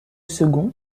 second